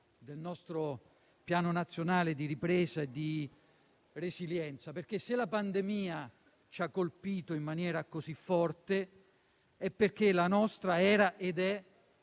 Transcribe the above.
del nostro Piano nazionale di ripresa e di resilienza. La pandemia ci ha colpito in maniera così forte perché la nostra era ed è